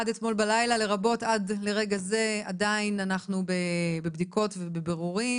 עד אתמול בלילה לרבות עד לרגע זה עדיין אנחנו בבדיקות ובבירורים